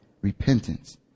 repentance